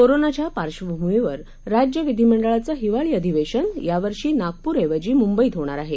कोरोनाच्या पार्श्वभूमीवर राज्य विधिमंडळाचं हिवाळी अधिवेशन यावर्षी नागपूरऐवजी मुंबईत होणार आहे